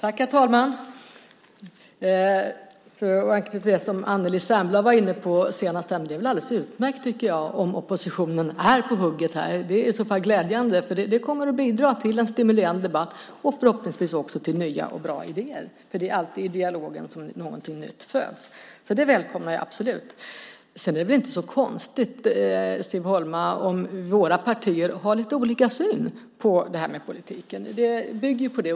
Herr talman! För att anknyta till det som Anneli Särnblad var inne på senast här är det väl alldeles utmärkt, tycker jag, om oppositionen är på hugget här. Det är i så fall glädjande. Det kommer att bidra till en stimulerande debatt och förhoppningsvis också till nya och bra idéer. För det är alltid i dialogen som något nytt föds. Det välkomnar jag absolut. Det är väl inte så konstigt, Siv Holma, om våra partier har lite olika syn på politiken. Det bygger ju på det.